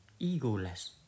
egoless